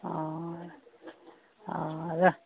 ओ ओ